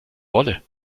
wolle